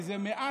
כי זה מעט,